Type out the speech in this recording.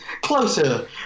closer